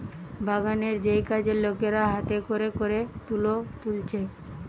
বাগানের যেই কাজের লোকেরা হাতে কোরে কোরে তুলো তুলছে